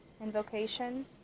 invocation